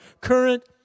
current